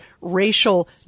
racial